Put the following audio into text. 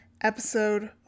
episode